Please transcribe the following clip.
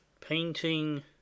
Painting